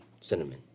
Cinnamon